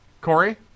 Corey